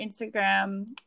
Instagram